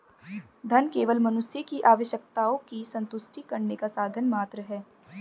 धन केवल मनुष्य की आवश्यकताओं की संतुष्टि करने का साधन मात्र है